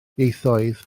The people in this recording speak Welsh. ieithoedd